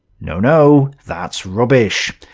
no no, that's rubbish.